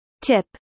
tip